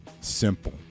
simple